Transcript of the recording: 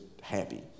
happy